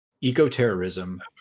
eco-terrorism